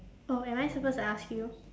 oh am I supposed to ask you